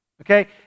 okay